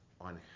on